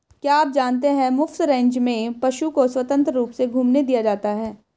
क्या आप जानते है मुफ्त रेंज में पशु को स्वतंत्र रूप से घूमने दिया जाता है?